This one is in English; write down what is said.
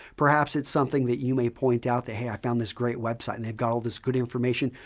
perhaps it's something that you may point out that, hey, i found this great website and they've got all this good information.